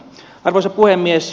arvoisa puhemies